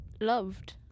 loved